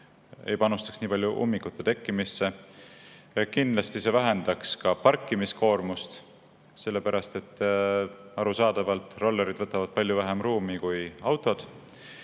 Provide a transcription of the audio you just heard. ei panustataks nii palju ummikute tekkimisse. Kindlasti see vähendaks ka parkimiskoormust, sellepärast et arusaadavalt rollerid võtavad palju vähem ruumi kui autod.